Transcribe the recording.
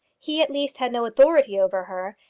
he, at least, had no authority over her,